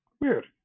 Weird